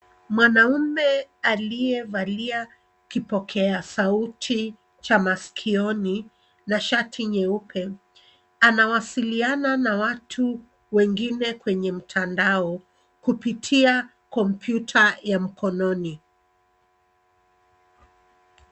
Mwanaume aliyevalia kipokea sauti cha masikioni na shati nyeupe, anawasiliana na watu wengine kwenye mtandao kupitia kompyuta ya mkononi.